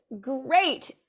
great